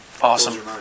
awesome